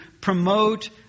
promote